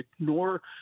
ignore